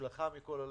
בהצלחה מכל הלב.